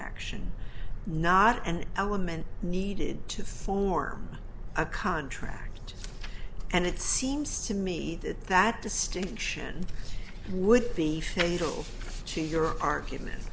action not an element needed to form a contract and it seems to me that that distinction would be fatal to your argument